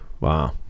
wow